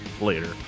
Later